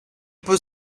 peut